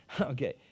okay